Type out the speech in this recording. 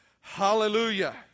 hallelujah